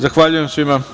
Zahvaljujem svima.